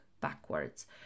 backwards